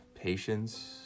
patience